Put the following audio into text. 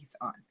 on